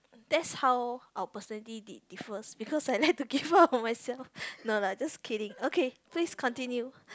that's how our personality di~ differs because I like to give up on myself no lah just kidding okay please continue